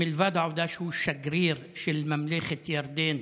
מלבד העובדה שהוא שגריר של ממלכת ירדן,